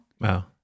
Wow